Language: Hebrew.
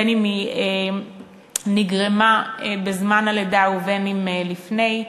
בין אם היא נגרמה בזמן הלידה ובין אם לפני כן.